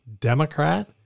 Democrat